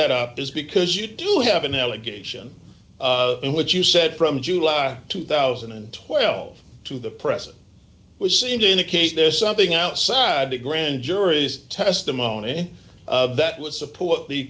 that up is because you do have an allegation of what you said from july two thousand and twelve to the present which seem to indicate there's something outside the grand jury's testimony of that would support the